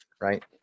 right